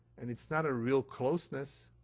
and it's not a real closeness.